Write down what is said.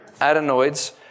adenoids